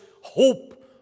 hope